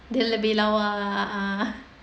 dia lebih lawa lah ah